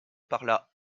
parla